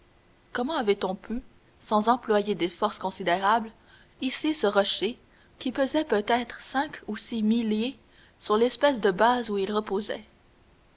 comment avait-on pu sans employer des forces considérables hisser ce rocher qui pesait peut-être cinq ou six milliers sur l'espèce de base où il reposait